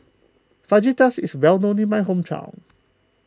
Fajitas is well known in my hometown